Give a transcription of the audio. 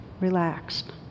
relaxed